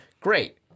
Great